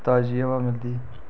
ताज़ी हवा मिलदी